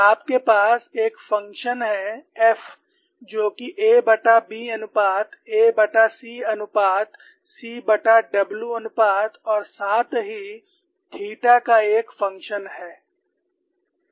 और आपके पास एक फ़ंक्शन है F जो कि aB अनुपात ac अनुपात cW अनुपात और साथ ही थीटा का एक फंक्शन है